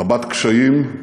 רבת קשיים,